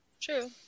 True